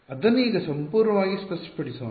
ಅದನ್ನು ಈಗ ಸಂಪೂರ್ಣವಾಗಿ ಸ್ಪಷ್ಟಪಡಿಸೋಣ